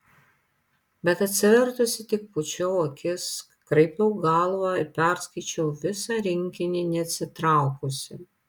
bet atsivertusi tik pūčiau akis kraipiau galvą ir perskaičiau visą rinkinį neatsitraukusi